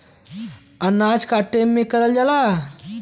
अनाज काटे में करल जाला